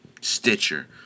Stitcher